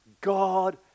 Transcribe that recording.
God